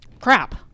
crap